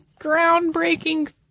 groundbreaking